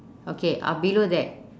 okay uh below that